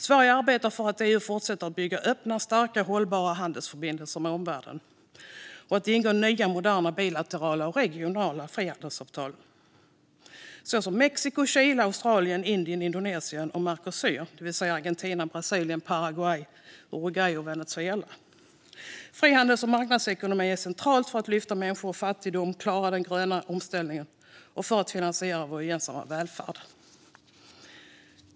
Sverige arbetar för att EU fortsätter att bygga öppna, starka och hållbara handelsförbindelser med omvärlden och att ingå nya, moderna bilaterala och regionala frihandelsavtal med exempelvis Mexiko, Kina, Australien, Indien, Indonesien och Mercosur, det vill säga Argentina, Brasilien, Paraguay, Uruguay och Venezuela. Frihandels och marknadsekonomi är centralt för att lyfta människor ur fattigdom, klara den gröna omställningen och finansiera vår gemensamma välfärd.